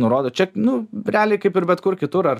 nurodo čia nu realiai kaip ir bet kur kitur ar